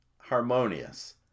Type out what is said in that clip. Harmonious